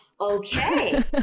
okay